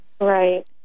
Right